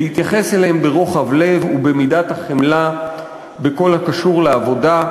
להתייחס אליהם ברוחב לב ובמידת החמלה בכל הקשור לעבודה,